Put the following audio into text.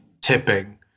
tipping